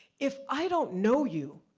if i don't know you,